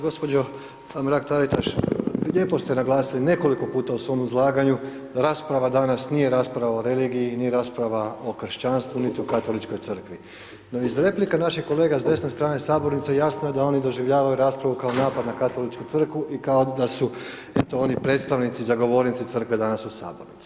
Gospođo Mrak-Taritaš, lijepo ste naglasili, nekoliko puta u svom izlaganju da rasprava danas nije rasprava o religiji, nije rasprava o kršćanstvu niti o Katoličkoj crkvi, no iz replika naših kolega s desne strane Sabornice, jasno je da oni doživljavaju raspravu kao napad na Katoličku crkvu i kao da su eto oni predstavnici za govoriti Crkve danas u Sabornici.